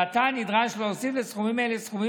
עתה נדרש להוסיף לסכומים אלה סכומים